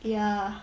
ya